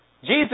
Jesus